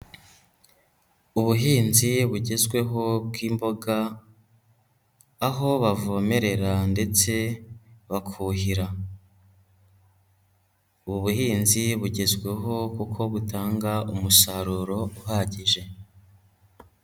Ubuhinzi bugezweho bw'imboga, aho bavomerera ndetse bakuhira, ubu buhinzi bugezweho kuko butanga umusaruro uhagije.